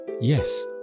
Yes